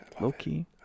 low-key